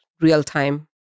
real-time